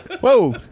Whoa